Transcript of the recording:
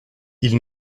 ils